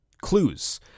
clues